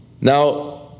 Now